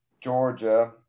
Georgia